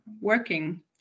working